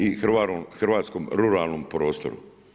I hrvatskom ruralnom prostoru.